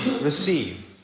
Receive